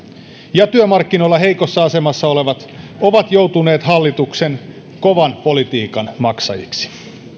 ja työmarkkinoilla heikoimmassa asemassa olevat ovat joutuneet hallituksen kovan politiikan maksajiksi